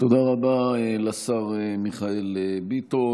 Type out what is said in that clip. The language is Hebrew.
תודה רבה לשר מיכאל ביטון.